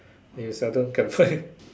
they seldom can buy